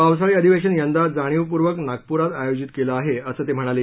पावसाळी अधिवेशन यंदा जाणीवपूर्वक नागपुरात आयोजित केलं आहे असं ते म्हणाले